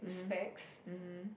mmhmm mmhmm